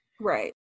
Right